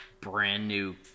brand-new